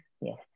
yes